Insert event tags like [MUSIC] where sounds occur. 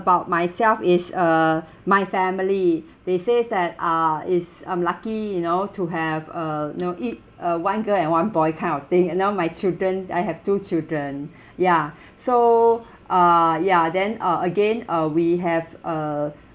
about myself is uh [BREATH] my family [BREATH] they says that uh is I'm lucky you know to have a you know it uh one girl and one boy kind of thing and now my children I have two children [BREATH] ya [BREATH] so uh ya then uh again uh we have a